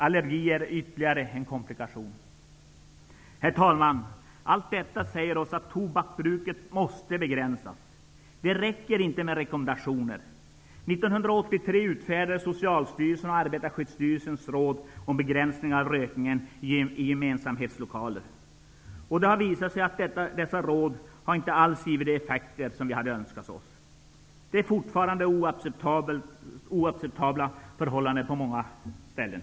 Allergi kan vara ytterligare en komplikation. Herr talman! Allt detta säger oss att tobaksbruket måste begränsas. Det räcker inte med rekommendationer. År 1983 utfärdade Socialstyrelsen och Arbetarskyddsstyrelsen råd om begränsning av rökning i gemensamhetslokaler. Det har visat sig att dessa råd inte alls givit de effekter som vi önskat oss. Det råder fortfarande oacceptabla förhållanden på många ställen.